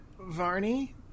Varney